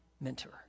mentor